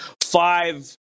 five